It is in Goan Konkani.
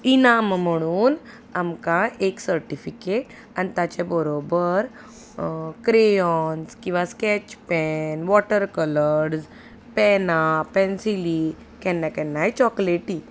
इनाम म्हणून आमकां एक सर्टिफिकेट आनी ताचे बरोबर क्रेयोन्स किंवां स्कॅच पॅन वॉटर कलर्स पॅनां पेन्सिली केन्ना केन्नाय चॉकलेटी